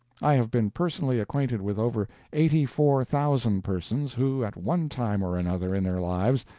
i have been personally acquainted with over eighty-four thousand persons who, at one time or another in their lives,